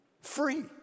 free